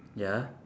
ya